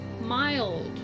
mild